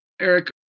Eric